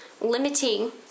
limiting